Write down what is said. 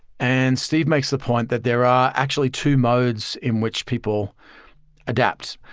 and steve makes the point that there are actually two modes in which people adapt.